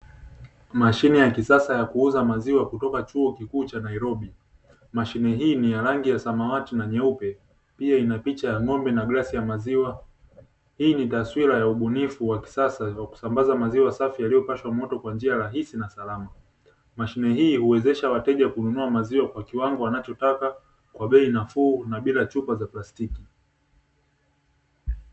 Mashine ya kisasa ya kuuza maziwa kutoka chuo kikuu cha nairobi, mashine hii ni ya rangi ya samawati na nyeupe pia ina picha ya ng'ombe na glasi ya maziwa, hii ni taswira ya ubunifu wa kisasa za kusambaza maziwa safi yaliyopashwa moto kwa njia rahisi na salama, mashine hii huwezesha wateja kununua maziwa kwa kiwango wanachotaka kwa bei nafuu na bila ya chupa za plastiki.